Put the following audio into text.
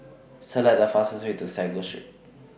Select The fastest Way to Sago Street